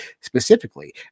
specifically